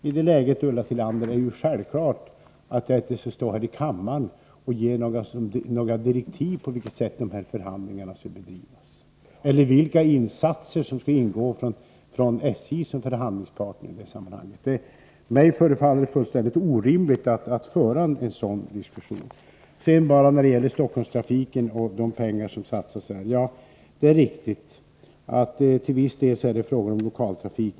I det läget, Ulla Tillander, är det självklart att jag inte skall stå här i kammaren och ge några direktiv om på vilket sätt dessa förhandlingar skall bedrivas eller om vilka insatser som skall göras från SJ i det sammanhanget. Mig förefaller det fullständigt orimligt att föra en sådan diskussion. När det sedan gäller Stockholmstrafiken och de pengar som satsas på den är det riktigt att det till viss del är fråga om lokal trafik.